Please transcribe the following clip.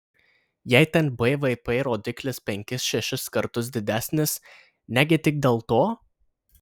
jei ten bvp rodiklis penkis šešis kartus didesnis negi tik dėl to